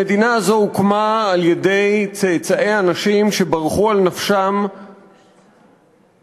המדינה הזו הוקמה על-ידי צאצאי אנשים שברחו על נפשם מאנטישמיות,